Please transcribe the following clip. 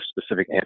specific